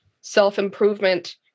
self-improvement